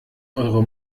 eure